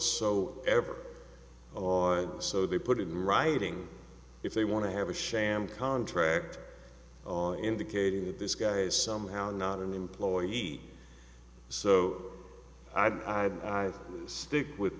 so ever on so they put it in writing if they want to have a sham contract indicating that this guy is somehow not an employee so i'd stick with